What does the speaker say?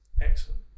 Excellent